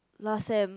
last sem